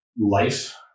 life